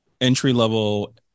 entry-level